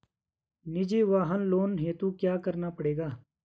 निजी वाहन लोन हेतु क्या करना पड़ेगा?